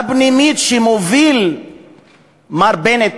הפנימית שמוביל מר בנט